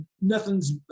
Nothing's